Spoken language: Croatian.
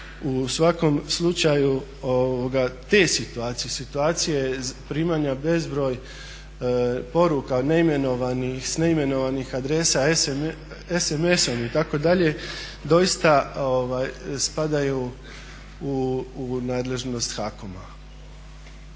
U svakom slučaju te situacije, situacije primanja bezbroj poruka sa neimenovanih adresa, sms-om itd. doista spadaju u nadležnost HAKOM-a.